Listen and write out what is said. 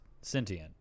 sentient